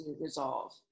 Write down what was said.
resolve